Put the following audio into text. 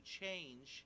change